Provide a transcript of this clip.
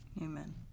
Amen